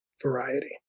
variety